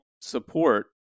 support